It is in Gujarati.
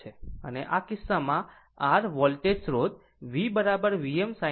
અને આ કિસ્સામાં r વોલ્ટેજ સ્રોત V Vm sin ω t